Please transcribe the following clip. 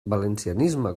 valencianisme